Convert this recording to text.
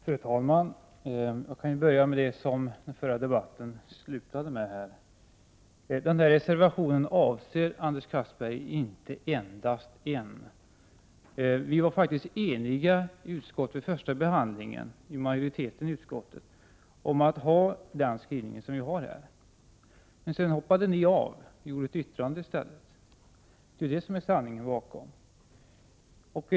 Fru talman! Jag kan börja med det som de föregående talarna tog upp. Denna reservation avser inte endast en reningsmetod, Anders Castberger. Vid den första behandlingen i utskottet utgjorde vi en majorietet, som ville ha den skrivning som nu finns i reservationen, men sedan hoppade ni av och skrev ett yttrande i stället. Det är sanningen.